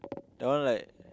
that one like